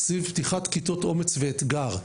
סביב פתיחת כיתות אומץ ואתגר,